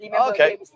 okay